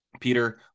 Peter